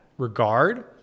regard